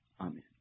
amen